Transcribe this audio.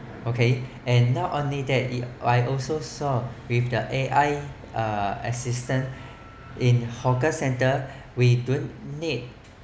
okay and not only that it I also saw with the A_I uh assistant in hawker centre we don't need